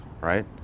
right